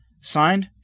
Signed